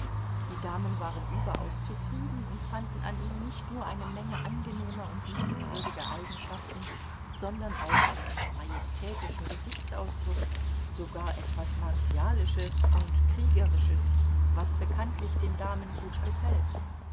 die damen waren überaus zufrieden und fanden an ihm nicht nur eine menge angenehmer und liebenswürdiger eigenschaften sondern auch einen majestätischen gesichtsausdruck sogar etwas martialisches und kriegerisches was bekanntlich den damen gut gefällt